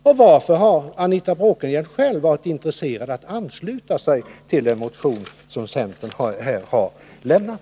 Och varför har Anita Bråkenhielm själv varit intresserad av att ansluta sig till en motion som centern har väckt?